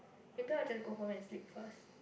maybe I will just go home and sleep first